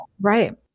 right